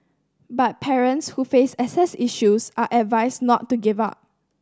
but parents who face access issues are advised not to give up